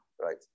Right